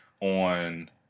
on